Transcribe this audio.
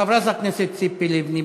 חברת הכנסת ציפי לבני,